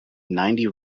ninety